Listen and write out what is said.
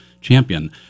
champion